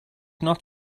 not